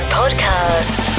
podcast